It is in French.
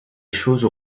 choses